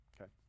okay